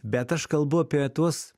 bet aš kalbu apie tuos